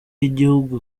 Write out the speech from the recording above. y’igihugu